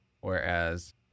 whereas